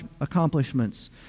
accomplishments